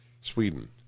Sweden